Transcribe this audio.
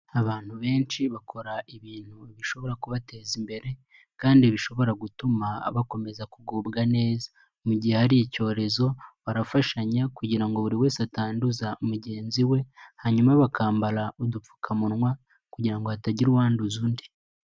Abantu benshi bakora ibintu bishobora kubateza imbere kandi bishobora gutuma bakomeza kugubwa neza, mu gihe hari icyorezo barafashanya kugira ngo buri wese atanduza mugenzi we, hanyuma bakambara udupfukamunwa kugirango ngo hatagira uwanduza undi.